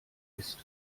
ist